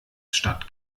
statt